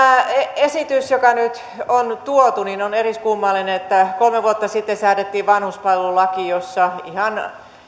tämä esitys joka nyt on tuotu on eriskummallinen kolme vuotta sitten säädettiin vanhuspalvelulaki jossa ihan